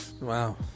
Wow